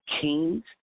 kings